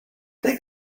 take